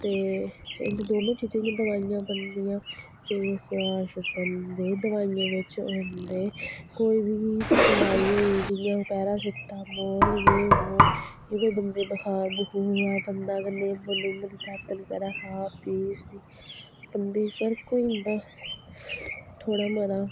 ते इनें दोनो चीजें दियां दवाइयां बनदियां फेसबाश बनदे दवाइयें बिच्च होंदे कोई बी दवाई होऐ जियां पैरासिटामोल जे बो जेह्दे बंदे बखार बखूर उप्पर दंदे कन्नै मतलब दातन करै खा पियै उसी बंदे फर्क होई जंदा थोह्ड़ा मता